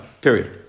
period